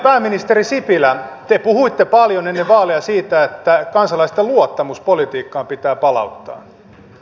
pääministeri sipilä te puhuitte paljon ennen vaaleja siitä että kansalaisten luottamus politiikkaan pitää palauttaa